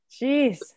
Jeez